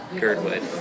Girdwood